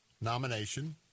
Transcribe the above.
nomination